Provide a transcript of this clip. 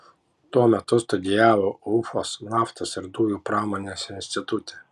tuo metu studijavo ufos naftos ir dujų pramonės institute